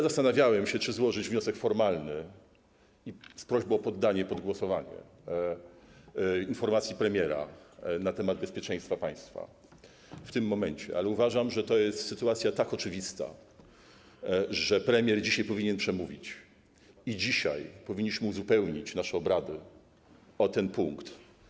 Zastanawiałem się, czy złożyć wniosek formalny z prośbą o poddanie pod głosowanie dodania informacji premiera na temat bezpieczeństwa państwa w tym momencie, ale uważam, że to jest sytuacja tak oczywista, że premier dzisiaj powinien przemówić i że dzisiaj powinniśmy uzupełnić nasze obrady o ten punkt.